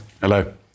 Hello